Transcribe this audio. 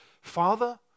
Father